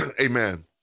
Amen